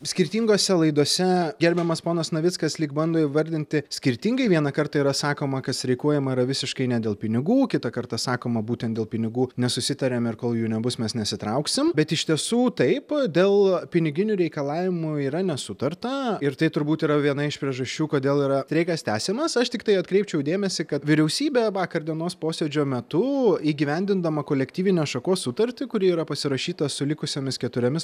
skirtingose laidose gerbiamas ponas navickas lyg bando įvardinti skirtingai vieną kartą yra sakoma kad streikuojama yra visiškai ne dėl pinigų kitą kartą sakoma būtent dėl pinigų nesusitariame ir kol jų nebus mes nesitrauksim bet iš tiesų taip dėl piniginių reikalavimų yra nesutarta ir tai turbūt yra viena iš priežasčių kodėl yra streikas tęsiamas aš tiktai atkreipčiau dėmesį kad vyriausybė vakar dienos posėdžio metu įgyvendindama kolektyvinės šakos sutartį kuri yra pasirašyta su likusiomis keturiomis